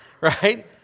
right